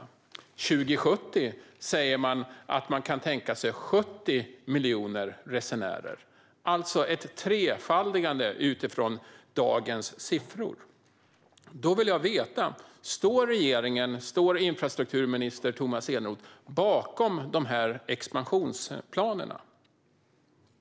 År 2070 kan man tänka sig 70 miljoner resenärer, alltså ett trefaldigande jämfört med dagens siffror. Jag vill veta: Står regeringen och infrastrukturminister Tomas Eneroth bakom dessa expansionsplaner?